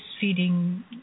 feeding